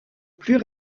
plus